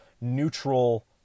neutral